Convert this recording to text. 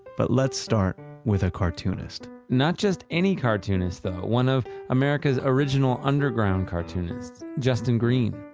but let's start with a cartoonist not just any cartoonist though, one of america's original underground cartoonist, justin green